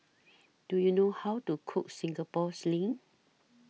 Do YOU know How to Cook Singapore Sling